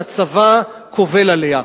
שהצבא קובל עליה.